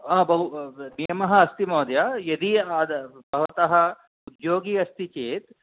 बहु नियमः अस्ति महोदय यदि भवन्तः उद्योगी अस्ति चेत्